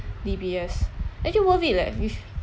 D_B_S actually worth it leh with